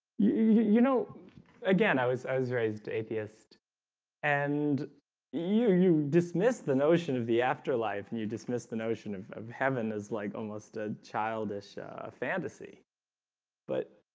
you know again, i was raised atheist and you you dismissed the notion of the afterlife and you dismissed the notion of of heaven is like almost a childish fantasy but